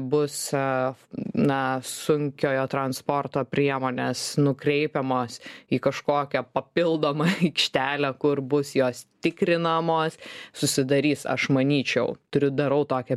bus na sunkiojo transporto priemonės nukreipiamos į kažkokią papildomą aikštelę kur bus jos tikrinamos susidarys aš manyčiau turiu darau tokią